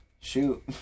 Shoot